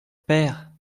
père